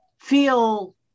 feel